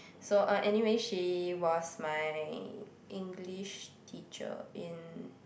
so uh anyway she was my English teacher in